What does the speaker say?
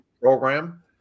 program